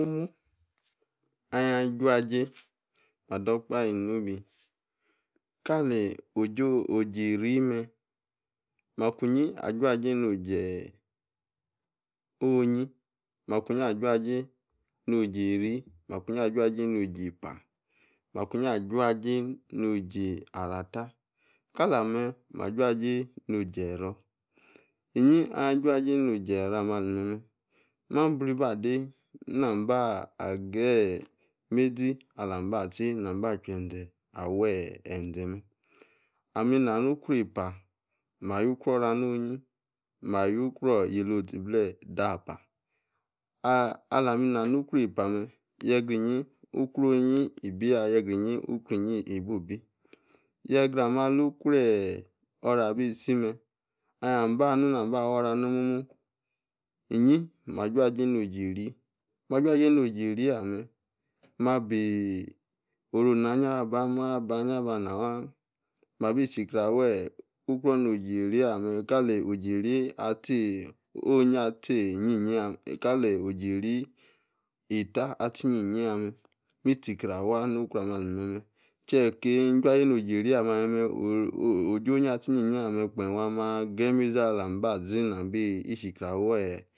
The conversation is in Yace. Omu. anhia-juajei. mah-dor-okpahe nobe. kkali. ojo-ojeiri-meh. makwuinyi ajuajai no-jo-onyi makwiniyiah guajei no jeiri. makwuinyi ah-jnajei-pah. makwuinyi ah-juajei noh-jah-rattah. kalam-meh. mah juajei noje-error. iny ahia-juajei no jerror ah-meh ah-meh. mahbriba dei. nam bah geyi. meizi alamba-zi. namba-chwuenze. aweeeh enzeh-meh. ami-na-nu-ukruei-pah. ma yu-kruor ora no-onyi. mayu-kruor yeila-ozibleh dah-pah ah-alami nanu-ukruei-pah meh. yegra-uyi. ukruoh onyi ibi-ya yera-nyi-ukruor-nyi ibu-bi. yegra-ah-meh alu-kreeh ora-bisi-meh. ahia ba nu namba wor ah-no-ja-ri ah-meh. mabiiii. orona-nyie abah. maba-nyi abah-nawu-aaahn-mabisikreh aweh. ukruor no jeiri no-ja-ri ah-meh kali ojeiri ah. tzi onyi-ah-tzi inyi-nyi yah meh. kaleh ojeiri. rittah ah-tzi inyi-nyi yameh. mi-tzi-kreh awah nu-kruor ah-meh ali-meh. chie kani juajei noh-jeiri ah-meh ali meh oooh ooh tzo’onyi ah-tzi inyi-nyi ah-meh keem ahia geyi meizi alambazi naba-i-shikreh aweeh